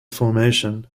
formation